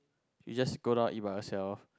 you just go down it by yourself